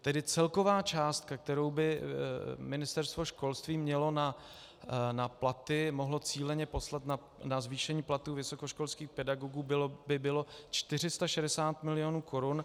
Tedy celková částka, kterou by Ministerstvo školství mělo na platy, mohlo cíleně poslat na zvýšení platů vysokoškolských pedagogů, by bylo 460 mil. korun.